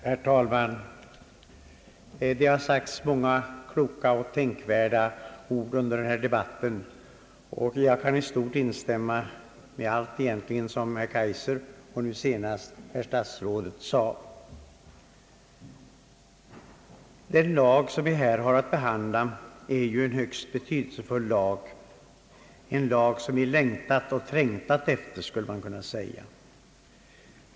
Herr talman! Det har sagts många kloka och tänkvärda ord under denna debatt. Jag kan egentligen i stort instämma i allt vad herr Kaijser och nu senast herr statsrådet har anfört. Den lag som vi här har att behandla är en högst betydelsefull lag, en lag, som vi har längtat och trängtat efter, skulle man kunna säga.